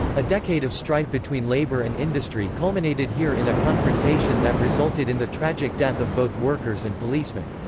a decade of strife between labor and industry culminated here in a confrontation that resulted in the tragic death of both workers and policemen.